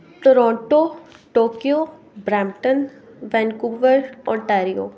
Toronto Tokyo Brampton Vancouver Ontario